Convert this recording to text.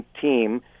team